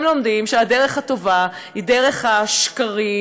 הם לומדים שהדרך הטובה היא דרך השקרים,